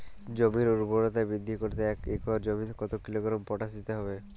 জমির ঊর্বরতা বৃদ্ধি করতে এক একর জমিতে কত কিলোগ্রাম পটাশ দিতে হবে?